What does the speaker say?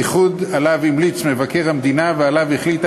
איחוד שעליו המליץ מבקר המדינה והחליטה